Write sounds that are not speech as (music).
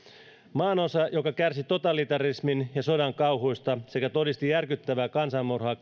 maanosa joka kärsi totalitarismin ja sodan kauhuista sekä todisti järkyttävää kansanmurhaa (unintelligible)